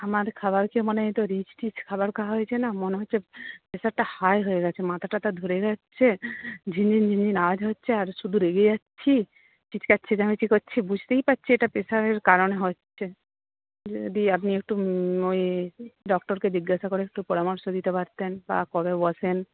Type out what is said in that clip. আমার খাবার খেয়ে মানে ওই তো রিচ টিচ খাবার খাওয়া হয়েছে না মনে হচ্ছে প্রেশারটা হাই হয়ে গেছে মাথা টাথা ধরে যাচ্ছে ঝিনঝিন ঝিনঝিন আওয়াজ হচ্ছে আর শুধু রেগে যাচ্ছি চিৎকার চেঁচামেচি করছি বুঝতেই পারছি এটা প্রেশারের কারণে হচ্ছে যদি আপনি একটু ওই ডক্টরকে জিজ্ঞাসা করে একটু পরামর্শ দিতে পারতেন বা কবে বসেন